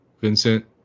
Vincent